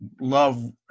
love